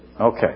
Okay